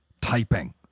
typing